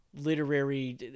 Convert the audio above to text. literary